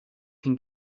can